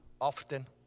often